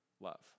love